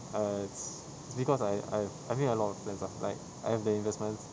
err s~ because I I've I've made a lot of plans ah like I have the investments